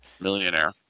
Millionaire